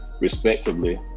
Respectively